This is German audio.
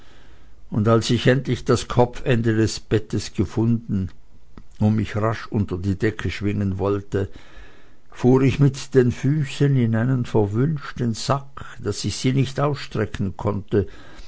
und als ich endlich das kopfende des bettes gefunden und mich rasch unter die decke schwingen wollte fuhr ich mit den füßen in einen verwünschten sack daß ich sie nicht ausstrecken konnte